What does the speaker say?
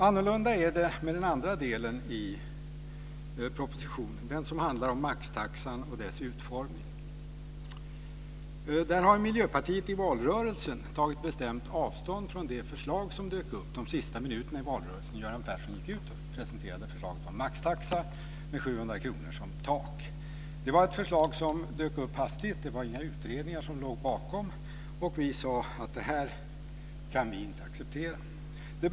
Annorlunda är det med den andra delen i propositionen, den som handlar om maxtaxan och dess utformning. Miljöpartiet har i valrörelsen bestämt tagit avstånd från det förslag som dök upp under den allra sista delen av valrörelsen, då Göran Persson presenterade förslaget om en maxtaxa med ett tak vid 700 kr. Förslaget dök upp hastigt. Det låg inga utredningar bakom det, och vi sade att vi inte kunde acceptera det.